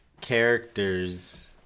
characters